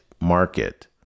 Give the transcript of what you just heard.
market